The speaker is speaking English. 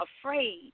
afraid